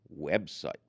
website